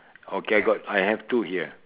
okay I got I have two here